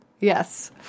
Yes